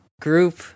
group